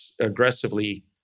aggressively